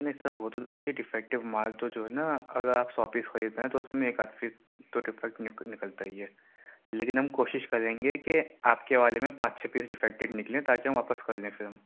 نہیں سر وہ تو جو ڈیفکٹیو مال تو جو ہے نا اگر آپ سو پیس خرید رہے ہیں اس میں ایک آدھ پیس تو ڈیفکٹ نکل نکلتا ہی ہے لیکن ہم کوشش کریں گے کہ آپ کے والے میں پانچ چھ پیس ڈیفکٹیو نکلیں تاکہ ہم واپس کرلیں پھر ہم